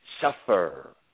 suffer